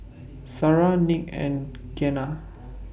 Shara Nick and Gena